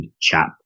chap